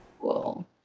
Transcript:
Cool